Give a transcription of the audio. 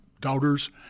doubters